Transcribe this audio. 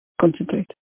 Concentrate